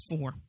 four